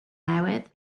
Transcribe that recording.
newydd